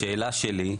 השאלה שלי,